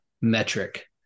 metric